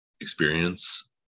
experience